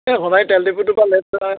এই সোণাৰি তেলডিপুটোৰ পৰা লেফট ছাইড